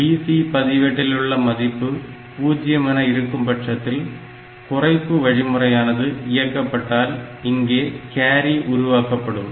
BC பதிவேட்டிலுள்ள மதிப்பு பூஜ்ஜியம் என இருக்கும்பட்சத்தில் குறைப்பு வழிமுறையானது இயக்கப்பட்டால் இங்கே கேரி உருவாக்கப்படும்